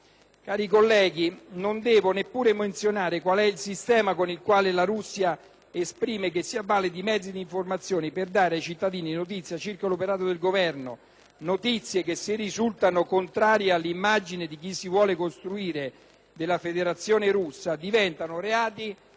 Cari colleghi, non devo neppure menzionare qual è il sistema con il quale la Russia reprime chi si avvale dei mezzi di informazione per dare ai cittadini notizie circa l'operato del Governo; notizie che, se risultano contrarie all'immagine che si vuole costruire della Federazione russa, diventano reati